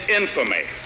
infamy